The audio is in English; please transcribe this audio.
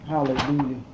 Hallelujah